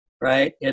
right